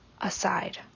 aside